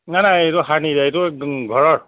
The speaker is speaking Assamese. নাই নাই এইটো সাৰ নিদিয়া এইটো একদম ঘৰৰ